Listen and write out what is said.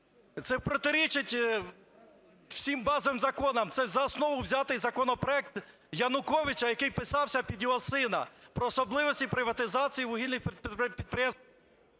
Це протирічить всім базовим законам. Це за основу взятий законопроект Януковича, який писався під його сина, про особливості приватизації вугільних підприємств.